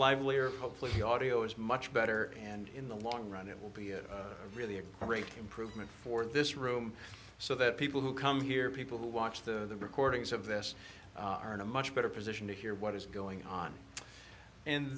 livelier hopefully the audio is much better and in the long run it will be really a great improvement for this room so that people who come here people who watch the recordings of this are in a much better position to hear what is going on and